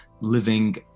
living